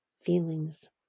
feelings